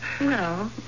No